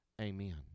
amen